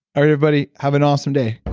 right, everybody. have an awesome day